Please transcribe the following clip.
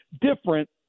different